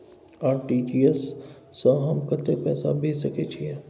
RTG S स हम कत्ते पैसा भेज सकै छीयै?